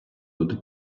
буде